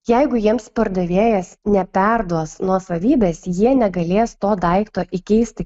jeigu jiems pardavėjas neperduos nuosavybės jie negalės to daikto įkeisti